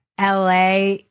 LA